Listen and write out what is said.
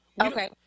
Okay